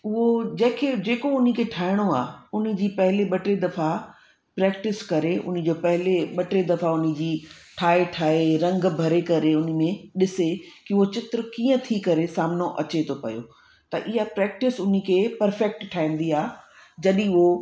उहो जंहिं खे जेको उन्ही खे ठाहिणो आहे उनजी पहले ॿ टे दफ़ा प्रेक्टिस करे उन्ही जो पहले ॿ टे दफ़ा उनजी ठाहे ठाहे रंग भरे करे उन में ॾिसे कि उहो चित्र कीअं थी करे सामनो अचे थो पयो त इहो प्रेक्टिस उनखे पर्फ़ेक्ट ठाहींदी आहे जॾहिं उहो